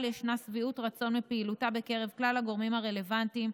ישנה שביעות רצון מפעילותה בקרב כלל הגורמים הרלוונטיים,